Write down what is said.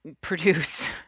produce